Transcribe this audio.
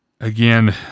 again